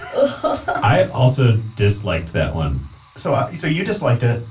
ugh i also disliked that one so um you so you disliked it,